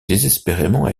désespérément